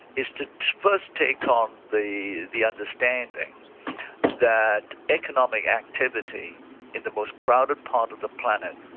is to first take on the the understanding that economic activity in the most crowded part of the planet,